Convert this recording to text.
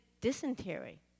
dysentery